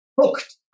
hooked